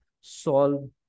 solve